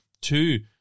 Two